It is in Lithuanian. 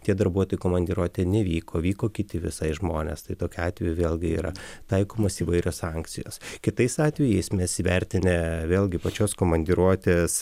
tie darbuotojai į komandiruotę nevyko vyko kiti visai žmonės tai tokiu atveju vėlgi yra taikomos įvairios sankcijos kitais atvejais mes įvertinę vėlgi pačios komandiruotės